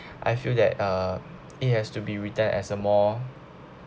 I feel that uh it has to be returned as a more